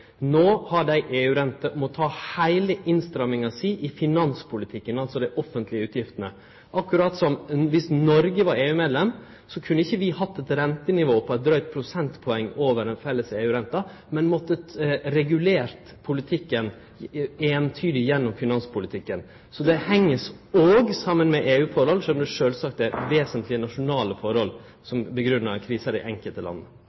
må ta heile innstramminga si i finanspolitikken – altså dei offentlege utgiftene. Dersom Noreg var EU-medlem, kunne ikkje vi hatt eit rentenivå på eit drygt prosentpoeng over den felles EU-renta, men ville ha måtta regulere politikken eintydig gjennom finanspolitikken. Så det heng òg saman med EU-forhold, sjølv om det sjølvsagt er vesentlege nasjonale forhold som grunngjev krisa i dei enkelte